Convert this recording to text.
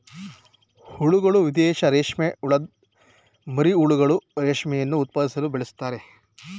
ಹುಳಗಳು ದೇಶೀಯ ರೇಷ್ಮೆಹುಳದ್ ಮರಿಹುಳುಗಳು ರೇಷ್ಮೆಯನ್ನು ಉತ್ಪಾದಿಸಲು ಬೆಳೆಸ್ತಾರೆ